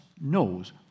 knows